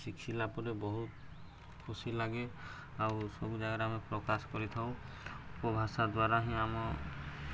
ଶିଖିଲା ପରେ ବହୁତ ଖୁସି ଲାଗେ ଆଉ ସବୁ ଜାଗାରେ ଆମେ ପ୍ରକାଶ କରିଥାଉ ଉପଭାଷା ଦ୍ୱାରା ହିଁ ଆମ